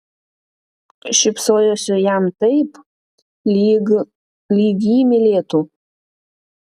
šypsojosi jam taip lyg lyg jį mylėtų